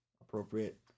appropriate